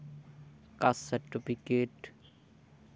ᱠᱟᱥᱴ certificate